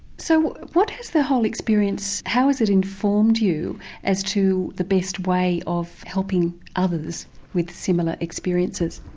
so what has the whole experience how has it informed you as to the best way of helping others with similar experiences?